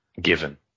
given